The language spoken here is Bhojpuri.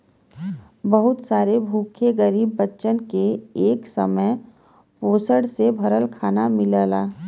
बहुत सारे भूखे गरीब बच्चन के एक समय पोषण से भरल खाना मिलला